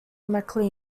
mclean